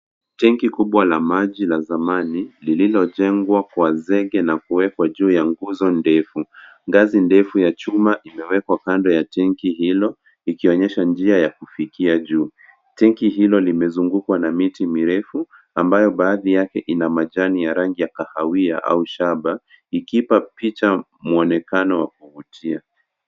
Tangi kubwa la maji na zamani lililo jengwa kwa zege na kuwekwa juu ya nguzo ndefu. Ngazi ndefu ya chuma imewekwa kando ya tangi hilo ikionyesha njia ya kufikia juu. Tangi hilo limezungukwa na miti mirefu ambayo baadhi yake ina majani ya rangi ya kahawia au shaba ikipa picha muonekano wa kuvutia.